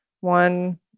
one